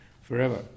forever